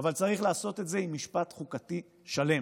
אבל צריך לעשות את זה עם משפט חוקתי שלם,